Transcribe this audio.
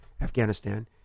Afghanistan